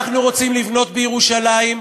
אנחנו רוצים לבנות בירושלים,